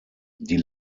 die